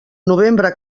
novembre